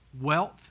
wealth